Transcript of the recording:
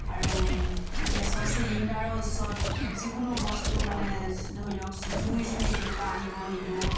আৰু গেছৰ চিলিণ্ডাৰৰ ওচৰত যিকোনো বস্তু মানে ধৰি লওক জুই চুই তেনেকুৱা আনিব নিদোঁ